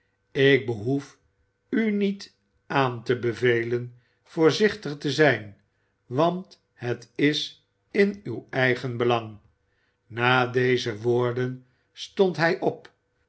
ik behoef u niet aan te bevelen voorzichtig te zijn want het is in uw eigen belang na deze woorden stond hij op